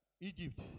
egypt